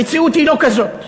המציאות היא לא כזאת.